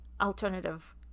alternative